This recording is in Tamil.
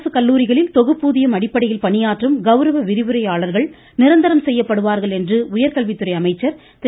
அரசு கல்லூரிகளில் தொகுப்பு ஊதியம் அடிப்படையில் பணியாற்றும் கௌரவ விரிவுரையாளர்கள் நிரந்தரம் செய்யப்படுவார்கள் என்று உயர்கல்வித்துறை அமைச்சர் திரு